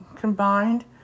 combined